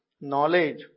knowledge